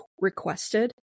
requested